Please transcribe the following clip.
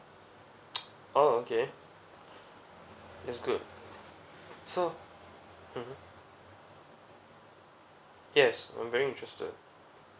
oh okay that's good so mmhmm yes I'm very interested